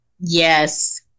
Yes